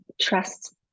trust